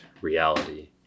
reality